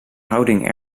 houding